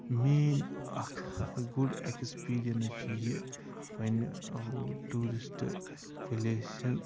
میٛٲنۍ اَکھ good experience چھِ یہِ پنٛنہِ ہُہ ٹوٗرِسٹ پلٕیسہِ ہُنٛد